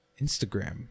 Instagram